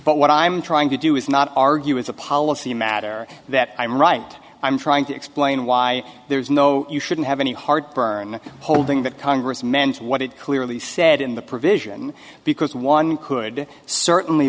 but what i'm trying to do is not argue as a policy matter that i'm right i'm trying to explain why there is no you shouldn't have any heartburn holding that congress meant what it clearly said in the provision because one could certainly